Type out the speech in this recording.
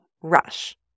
rush